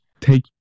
take